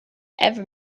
ever